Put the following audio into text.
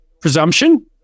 presumption